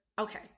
okay